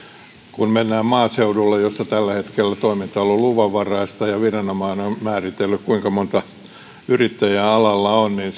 kun mennään maaseudulle jossa tällä hetkellä toiminta on ollut luvanvaraista ja viranomainen on määritellyt kuinka monta yrittäjää alalla on niin